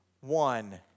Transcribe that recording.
One